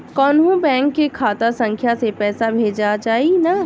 कौन्हू बैंक के खाता संख्या से पैसा भेजा जाई न?